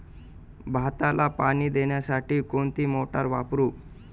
भाताला पाणी देण्यासाठी कोणती मोटार वापरू?